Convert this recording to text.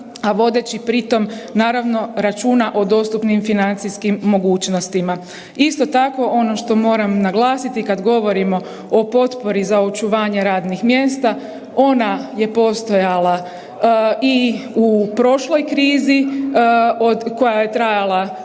a vodeći pri tom naravno računa o dostupnim financijskim mogućnostima. Isto tako ono što moram naglasiti kada govorimo o potpori za očuvanje radnih mjesta, ona je postojala i u prošloj krizi koja je trajala